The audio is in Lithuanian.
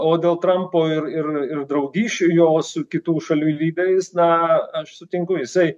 o dėl trampo ir ir ir draugysčių jo su kitų šalių lyderiais na aš sutinku jisai